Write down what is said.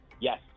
Yes